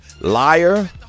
Liar